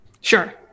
sure